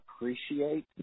appreciate